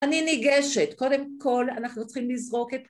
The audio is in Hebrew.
אני ניגשת, קודם כל אנחנו צריכים לזרוק את...